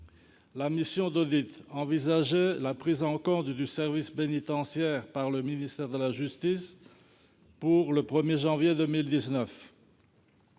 mission envisageait la prise en compte du service pénitentiaire par le ministère de la justice pour le 1 janvier 2019.